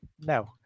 No